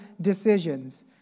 decisions